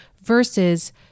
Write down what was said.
versus